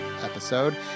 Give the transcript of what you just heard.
episode